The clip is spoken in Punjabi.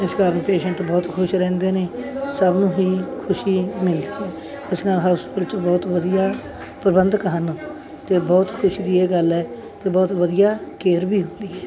ਇਸ ਕਾਰਕ ਪੇਸ਼ੈਂਟ ਬਹੁਤ ਖੁਸ਼ ਰਹਿੰਦੇ ਨੇ ਸਭ ਨੂੰ ਹੀ ਖੁਸ਼ੀ ਮਿਲਦੀ ਹੈ ਉਸ ਨਾਲ ਹੌਸਪੀਟਲ 'ਚ ਬਹੁਤ ਵਧੀਆ ਪ੍ਰਬੰਧਕ ਹਨ ਅਤੇ ਬਹੁਤ ਖੁਸ਼ੀ ਦੀ ਇਹ ਗੱਲ ਹੈ ਅਤੇ ਬਹੁਤ ਵਧੀਆ ਕੇਅਰ ਵੀ ਹੁੰਦੀ ਹੈ